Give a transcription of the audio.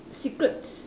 secrets